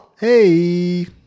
Hey